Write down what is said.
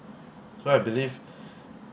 so I believe